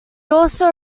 also